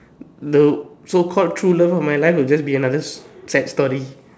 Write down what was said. the so called true love of my life will be another sad story